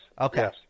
okay